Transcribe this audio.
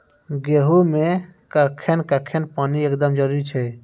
गेहूँ मे कखेन कखेन पानी एकदमें जरुरी छैय?